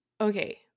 okay